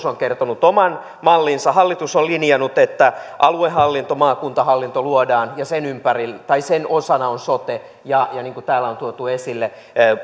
on kertonut oman mallinsa hallitus on linjannut että aluehallinto maakuntahallinto luodaan ja sen osana on sote ja niin kuin täällä on on tuotu esille